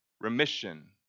remission